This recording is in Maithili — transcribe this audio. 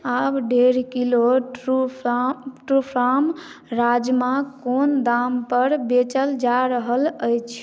आब डेढ़ kilo true farm true farm राजमा कोन दाम पर बेचल जा रहल अछि